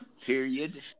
period